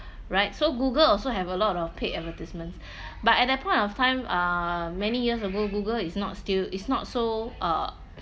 right so Google also have a lot of paid advertisements but at that point of time uh many years ago Google is not still is not so uh